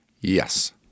Yes